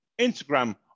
Instagram